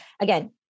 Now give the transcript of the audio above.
again